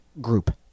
group